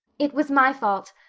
it was my fault.